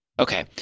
Okay